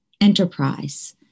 enterprise